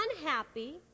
unhappy